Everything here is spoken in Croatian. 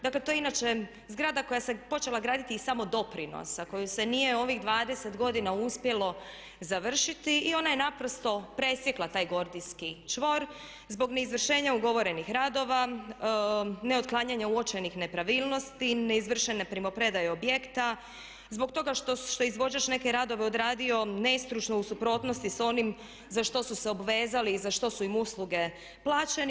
Dakle, to je inače zgrada koja se počela graditi iz samodoprinosa koju se nije u ovih 20 godina uspjelo završiti i ona je naprosto presjekla taj gordijski čvor zbog neizvršenja ugovorenih radova, neotklanjanja uočenih nepravilnosti, neizvršene primopredaje objekta, zbog toga što je izvođač neke radove odradio nestručno u suprotnosti sa onim za što su se obvezali i za što su im usluge plaćene.